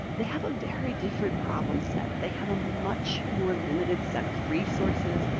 they have a very different problem set. they have a much more limited set of resources.